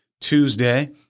Tuesday